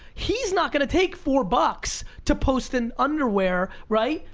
he's not gonna take four bucks to post an underwear, right?